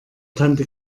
tante